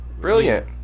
Brilliant